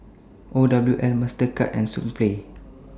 OWL Mastercard and Sunplay